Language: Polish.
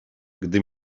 gdy